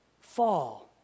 fall